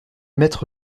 mettre